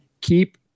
keep